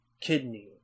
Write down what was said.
kidney